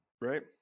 right